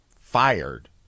fired